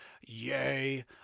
Yay